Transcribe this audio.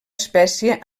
espècie